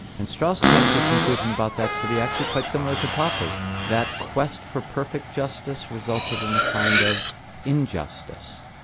and strauss came to a conclusion about that city actually quite similar to popper's that quest for perfect justice resulted in a kind of injustice.